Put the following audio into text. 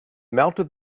mounted